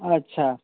अच्छा